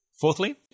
Fourthly